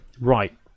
right